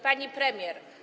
Pani Premier!